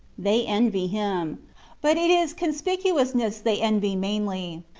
they envy him but it is conspicuousness they envy mainly,